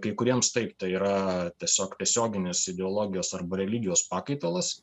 kai kuriems tai yra tiesiog tiesioginis ideologijos arba religijos pakaitalas